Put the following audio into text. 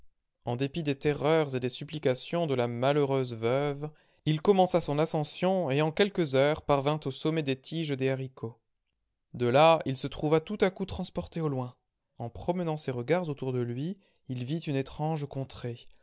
en dépit des terreurs et des supplications de la malheureuse veuve il commença son ascension et en quelques heures parvint au sommet des tiges des haricots de là il se trouva tout à coup transporté au loin en promenant ses regards autour de lui il vit une étrange contrée